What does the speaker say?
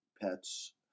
pets